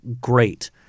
Great